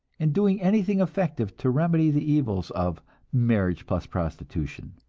and doing anything effective to remedy the evils of marriage-plus-prostitution.